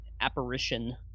apparition